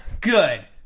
Good